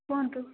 କୁହନ୍ତୁ